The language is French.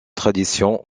tradition